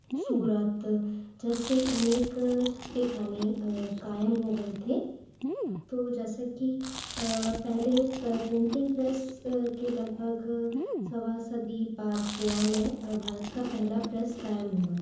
सूरत जैसे अनेक छापेखाने कायम हो गए थे तो जैसे कि पहले प्रिंटिंग प्रेस के लगभग सवा सदी बाद गोआ में भारत का पहला प्रेस कायम हुआ था